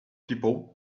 people